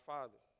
Father